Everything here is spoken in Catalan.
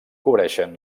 cobreixen